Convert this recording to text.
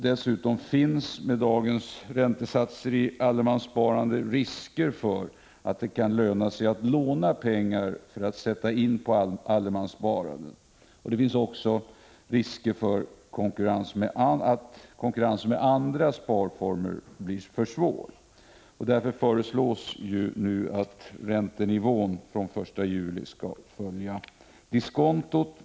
Dessutom finns, med dagens räntesatser i allemanssparandet, risker för att det kan löna sig att låna pengar för att sätta in dem på konton i allemanssparandet. Det finns också risk för att konkurrensen med andra sparformer blir för svår. Därför föreslås att räntenivån fr.o.m. den 1 juli skall följa diskontot.